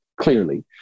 Clearly